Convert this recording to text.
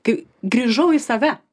kai grįžau į save